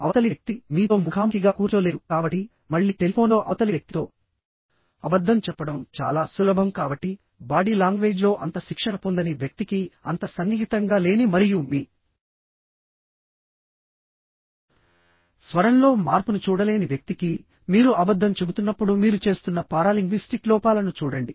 అవతలి వ్యక్తి మీతో ముఖాముఖిగా కూర్చోలేదు కాబట్టి మళ్ళీ టెలిఫోన్లో అవతలి వ్యక్తితో అబద్ధం చెప్పడం చాలా సులభం కాబట్టి బాడీ లాంగ్వేజ్లో అంత శిక్షణ పొందని వ్యక్తికిఅంత సన్నిహితంగా లేని మరియు మీ స్వరంలో మార్పును చూడలేని వ్యక్తికి మీరు అబద్ధం చెబుతున్నప్పుడు మీరు చేస్తున్న పారాలింగ్విస్టిక్ లోపాలను చూడండి